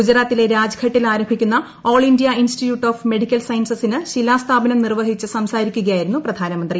ഗുജറാത്തിലെ രാജ്ഘട്ടിൽ ആരംഭിക്കുന്ന all India institute of medical സയൻസസിന് ശിലാസ്ഥാപനം നിർവഹിച്ച് സംസാരിക്കുകയായിരുന്നു പ്രധാനമന്ത്രി